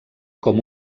com